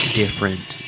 different